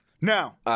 Now